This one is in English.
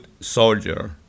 soldier